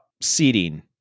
seating